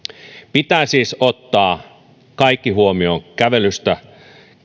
pitää siis ottaa kaikki huomioon kävelystä